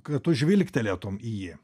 kad tu žvilgtelėtum į jį